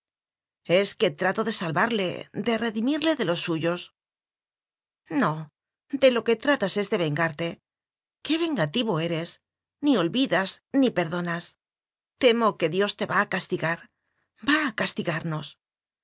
es que trato de salvarle de redimirle de los suyos no de lo que tratas es de vengarte qué vengativo eres ni olvidas ni perdonas temo que dios te va a castigar va a castigarnos